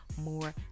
more